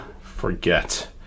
forget